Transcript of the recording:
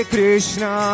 Krishna